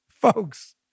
Folks